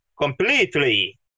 completely